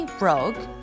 broke